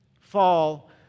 fall